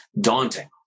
daunting